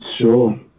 Sure